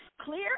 clear